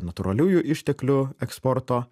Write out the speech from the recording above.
natūraliųjų išteklių eksporto